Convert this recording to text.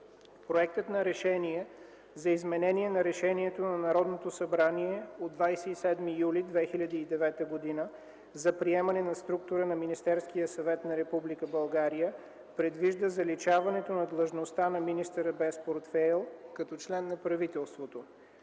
Проектът за Решение за изменение на Решението на Народното събрание от 27 юли 2009 г. за приемане на структура на Министерския съвет на Република България предвижда заличаването на длъжността на министъра без портфейл като член на правителството.